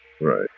Right